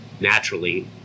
naturally